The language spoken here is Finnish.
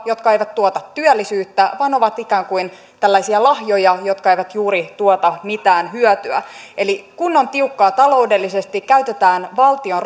jotka eivät tuota työllisyyttä vaan ovat ikään kuin tällaisia lahjoja jotka eivät juuri tuota mitään hyötyä kun on tiukkaa taloudellisesti käytetään valtion